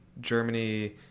Germany